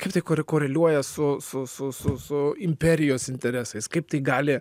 kaip tai kore koreliuoja su su su su su imperijos interesais kaip tai gali